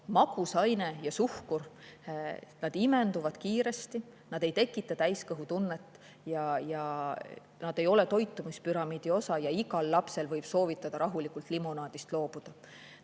Magusaine ja suhkur imenduvad kiiresti, nad ei tekita täiskõhutunnet, nad ei ole toitumispüramiidi osa ja igal lapsel võib soovitada rahulikult limonaadist loobuda. Eraldi